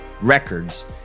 records